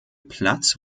platz